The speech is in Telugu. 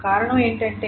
కారణం ఏమిటంటే